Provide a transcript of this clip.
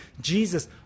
Jesus